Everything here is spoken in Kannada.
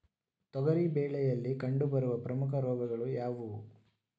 ತೊಗರಿ ಬೆಳೆಯಲ್ಲಿ ಕಂಡುಬರುವ ಪ್ರಮುಖ ರೋಗಗಳು ಯಾವುವು?